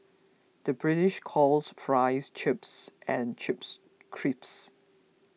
the British calls Fries Chips and Chips Crisps